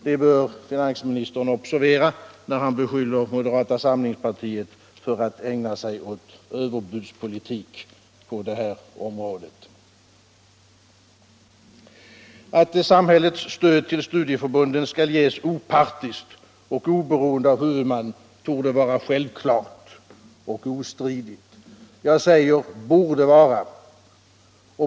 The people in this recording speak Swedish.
Det bör finansministern observera, när han beskyller moderata samlingspartiet för att ägna sig åt överbudspolitik på detta område. Att samhällets stöd till studieförbunden skall ges opartiskt och oberoende av huvudman borde vara självklart och ostridigt — jag säger ”borde vara”.